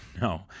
No